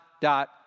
dot